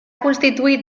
constituït